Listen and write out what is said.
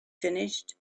finished